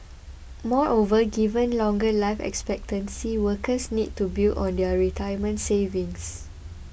moreover given longer life expectancy workers need to build on their retirement savings